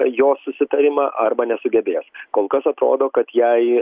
jos susitarimą arba nesugebės kol kas atrodo kad jai